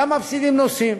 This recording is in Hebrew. גם מפסידים נושאים,